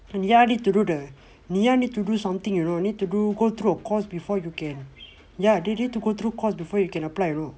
and ngee ann need to do the ngee ann need to do something you know need to do go through a course before you can ya need to go through course before you can apply you know